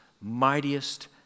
mightiest